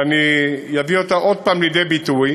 ואני אביא אותה עוד פעם לידי ביטוי: